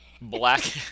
Black